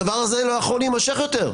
הדבר הזה לא יכול להמשך יותר.